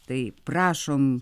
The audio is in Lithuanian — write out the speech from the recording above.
tai prašom